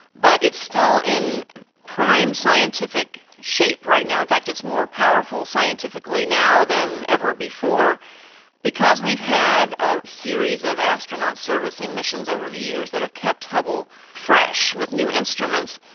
but it's still in prime scientific shape right now. in fact, it's more powerful scientifically now than ever before because we've had a series of astronaut servicing missions over the years that have kept hubble fresh with new instruments,